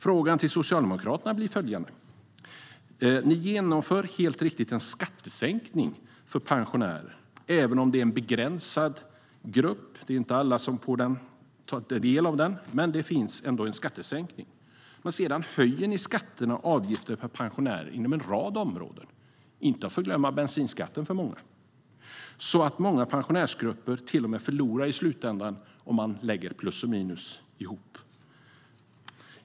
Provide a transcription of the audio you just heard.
Frågan till Socialdemokraterna blir följande: Ni genomför helt riktigt en skattesänkning för pensionärer, även om det är en begränsad grupp. Det är inte alla som får ta del av sänkningen, men det finns ändå en skattesänkning. Men sedan höjer ni skatter och avgifter för pensionärerna inom en rad områden - inte att förglömma bensinskatten. Många pensionärsgrupper till och med förlorar i slutänden när man lägger plus och minus ihop.